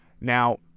Now